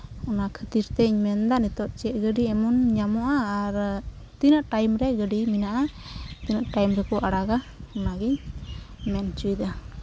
ᱚᱱᱟ ᱠᱷᱟᱹᱛᱤᱨ ᱛᱤᱧ ᱢᱮᱱᱫᱟ ᱱᱤᱛᱚᱜ ᱪᱮᱫ ᱜᱟᱹᱰᱤ ᱮᱢᱚᱱ ᱧᱟᱢᱚᱜᱼᱟ ᱟᱨ ᱛᱤᱱᱟᱹᱜ ᱴᱟᱭᱤᱢ ᱨᱮ ᱜᱟᱹᱰᱤ ᱢᱮᱱᱟᱜᱼᱟ ᱛᱤᱱᱟᱹᱜ ᱴᱟᱹᱭᱤᱢ ᱨᱮᱠᱚ ᱟᱲᱟᱜᱟ ᱚᱱᱟᱜᱤᱧ ᱢᱮᱱ ᱦᱚᱪᱚᱭᱮᱫᱟ